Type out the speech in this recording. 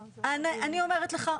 אני אומרת לך,